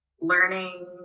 learning